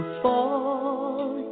fall